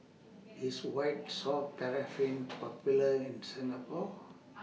IS White Soft Paraffin Popular in Singapore